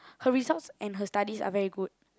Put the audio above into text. her results and her studies are very good